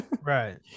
right